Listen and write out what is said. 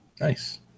Nice